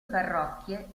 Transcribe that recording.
parrocchie